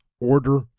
Order